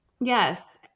yes